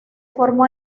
formó